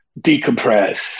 decompress